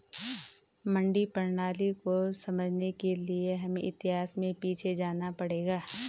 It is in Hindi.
मंडी प्रणाली को समझने के लिए हमें इतिहास में पीछे जाना पड़ेगा